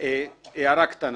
הערה קטנה.